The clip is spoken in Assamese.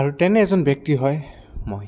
আৰু তেনে এজন ব্যক্তি হয় মই